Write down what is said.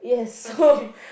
okay